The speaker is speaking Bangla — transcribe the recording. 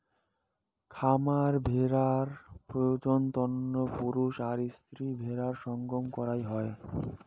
খামার ভেড়ার প্রজনন তন্ন পুরুষ আর স্ত্রী ভেড়ার সঙ্গম করাং হই